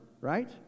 right